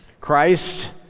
Christ